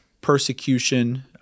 persecution